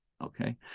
okay